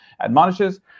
admonishes